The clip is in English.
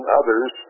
others